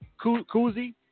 Koozie